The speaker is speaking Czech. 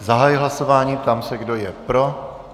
Zahajuji hlasování a ptám se, kdo je pro.